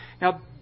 Now